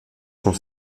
sont